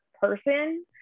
person